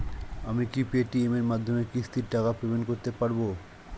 আমি কি Paytm এর মাধ্যমে কিস্তির টাকা পেমেন্ট করতে পারব?